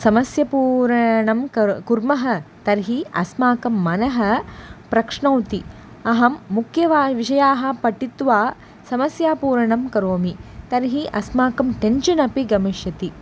समस्यापूरणं कर् कुर्मः तर्हि अस्माकं मनः प्रक्ष्णौति अहं मुख्यान् विषयान् पठित्वा समस्यापूरणं करोमि तर्हि अस्माकं टेन्शन् अपि गमिष्यति